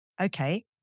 okay